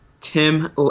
Tim